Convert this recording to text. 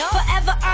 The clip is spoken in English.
Forever